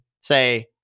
say